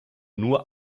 nur